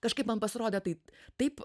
kažkaip man pasirodė taip taip